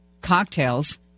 cocktails